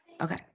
Okay